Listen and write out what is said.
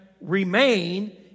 remain